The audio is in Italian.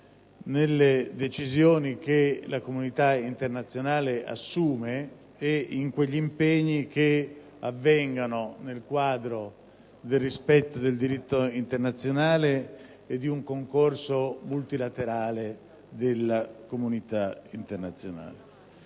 nelle decisioni che la comunità internazionale assume e in quegli impegni che rientrano nel quadro del rispetto del diritto internazionale e di un concorso multilaterale della comunità internazionale.